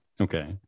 Okay